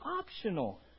optional